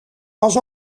pas